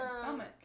stomach